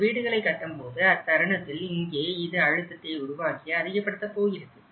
இந்த வீடுகளை கட்டும் போது அத்தருணத்தில் இங்கே இது அழுத்தத்தை உருவாக்கி அதிகப்படுத்தப் போகிறது